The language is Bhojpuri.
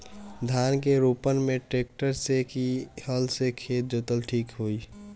धान के रोपन मे ट्रेक्टर से की हल से खेत जोतल ठीक होई?